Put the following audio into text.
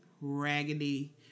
raggedy